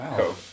cool